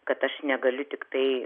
kad aš negaliu tiktai